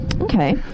Okay